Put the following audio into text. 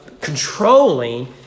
controlling